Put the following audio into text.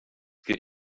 get